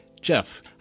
Jeff